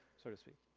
so to speak,